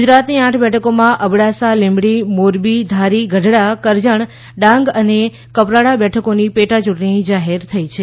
ગુજરાતની આઠ બેઠકોમાં અબડાસા લીમડી મોરબી ધારી ગઢડા કરજણ ડાંગ અને કપરાડા બેઠકોની પેટા ચૂંટણી જાહેર થઈ છે